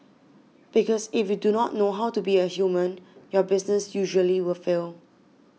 because if you do not know how to be a human your business usually will fail